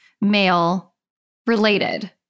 male-related